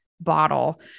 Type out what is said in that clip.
bottle